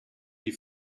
die